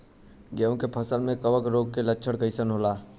गेहूं के फसल में कवक रोग के लक्षण कइसन होला?